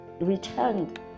returned